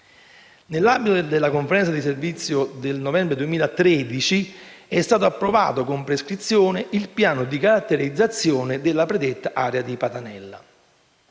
Nell'ambito della Conferenza di servizi del novembre 2013 è stato approvato, con prescrizioni, il piano di caratterizzazione della predetta area di Patanella.